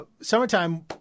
summertime